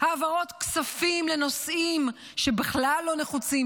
העברות כספים לנושאים שבכלל לא נחוצים,